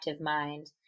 mind